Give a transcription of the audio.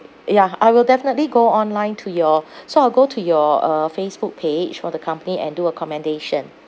ya I will definitely go online to your so I'll go to your uh Facebook page for the company and do a commendation